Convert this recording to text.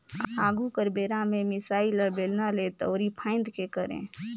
आघु कर बेरा में मिसाई ल बेलना ले, दंउरी फांएद के करे